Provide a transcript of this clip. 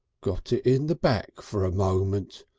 got it in the back for a moment.